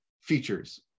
features